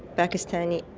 pakistanis.